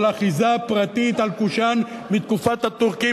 של אחיזה פרטית על קושאן מתקופת הטורקים,